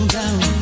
down